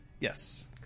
Yes